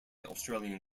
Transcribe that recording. australian